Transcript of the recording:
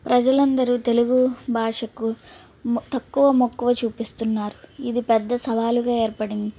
ప్రజలందరు తెలుగు భాషకు తక్కువ మక్కువ చూపిస్తున్నారు ఇది పెద్ద సవాలుగా ఏర్పడింది